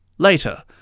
Later